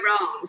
wrong